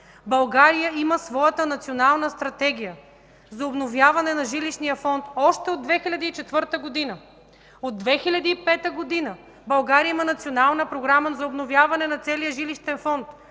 България има своята Национална стратегия за обновяване на жилищния фонд още от 2004 г. От 2005 г. България има Национална програма за обновяване на целия жилищен фонд,